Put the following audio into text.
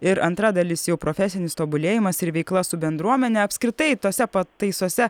ir antra dalis jau profesinis tobulėjimas ir veikla su bendruomene apskritai tose pataisose